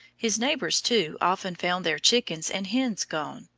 his neighbors, too, often found their chickens and hens gone,